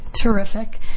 Terrific